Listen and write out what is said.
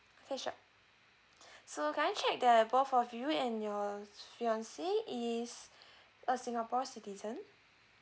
okay sure so can I check that both of you and your fiancée is a singapore citizen